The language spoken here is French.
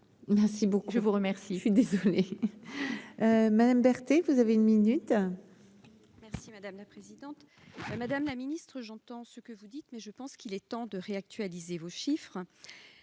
merci beaucoup, je vous remercie, je suis madame Berthe et vous avez une minute. Merci madame la présidente, Madame la Ministre, j'entends ce que vous dites, mais je pense qu'il est temps de réactualiser vos chiffres,